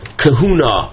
kahuna